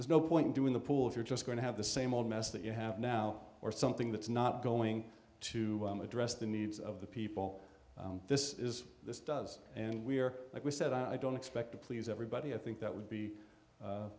there's no point in doing the pool if you're just going to have the same old mess that you have now or something that's not going to address the needs of the people this is this does and we're like we said i don't expect to please everybody i think that would be u